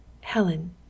Helen